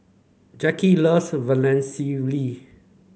Jacki loves Vermicelli